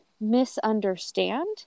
misunderstand